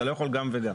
אתה לא יכול גם וגם.